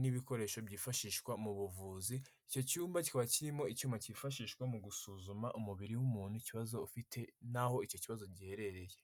n'ibikoresho byifashishwa mu buvuzi. Icyo cyumba kiba kirimo icyuma cyifashishwa mu gusuzuma umubiri w'umuntu ikibazo ufite, n'aho icyo kibazo giherereye.